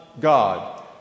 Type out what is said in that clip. God